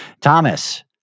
Thomas